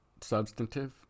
substantive